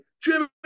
Jimmy